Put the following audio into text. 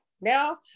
Now